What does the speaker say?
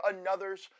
another's